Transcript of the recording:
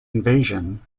invasion